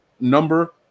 number